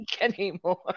anymore